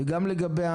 נכון.